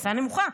ההכנסה נמוכה,